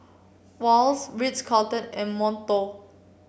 Wall's Ritz Carlton and Monto